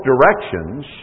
directions